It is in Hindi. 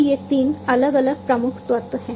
तो ये तीन अलग अलग प्रमुख तत्व हैं